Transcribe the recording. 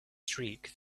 streak